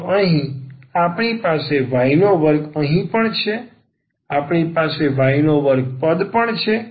તો અહીં આપણી પાસે y2અહીં પણ છે આપણી પાસે y2પદ પણ છે